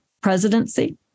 presidency